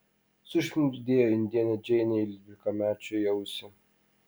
sušnibždėjo indėnė džeinė dvylikamečiui į ausį